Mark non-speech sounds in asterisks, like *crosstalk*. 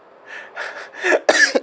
*coughs*